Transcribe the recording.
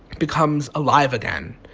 becomes alive again.